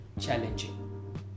challenging